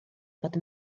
fod